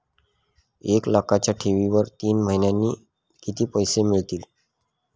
एक लाखाच्या ठेवीवर तीन महिन्यांनी किती पैसे मिळतील?